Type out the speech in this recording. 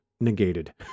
negated